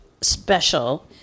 special